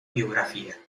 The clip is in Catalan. biografia